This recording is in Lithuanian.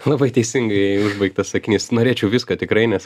labai teisingai užbaigtais sakiniais norėčiau viską tikrai nes